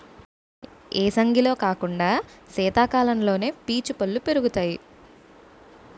ఏసంగిలో కాకుండా సీతకాలంలోనే పీచు పల్లు పెరుగుతాయి